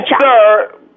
sir